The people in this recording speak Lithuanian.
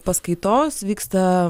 paskaitos vyksta